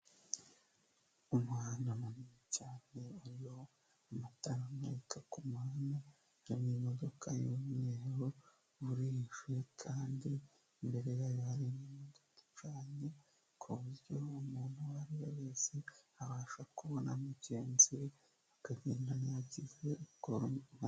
Untwara mu cyane harihoho amatara mweka ku muhanda jami modoka yumyeho burishyu kandi imbere yayo hari ducanye ku buryo umuntu uwo ari we wese abasha kubona mugenzi we akagenda anakiko.